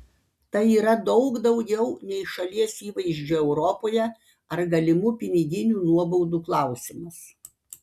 tai yra daug daugiau nei šalies įvaizdžio europoje ar galimų piniginių nuobaudų klausimas